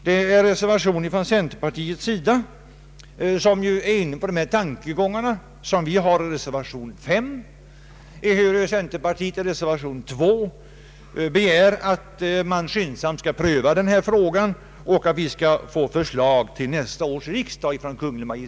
Det är en reservation från centerpartiet, som är inne på de tankegångar vi för fram i reservation 5, ehuru centerpartiet i reservation 2 begär att man skyndsamt skall pröva denna fråga varefter förslag från Kungl. Maj:t bör föreläggas nästa års riksdag. Herr talman!